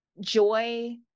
joy